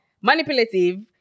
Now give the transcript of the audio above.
manipulative